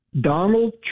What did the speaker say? Donald